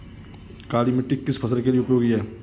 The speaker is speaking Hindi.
काली मिट्टी किस फसल के लिए उपयोगी होती है?